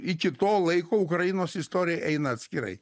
iki to laiko ukrainos istorija eina atskirai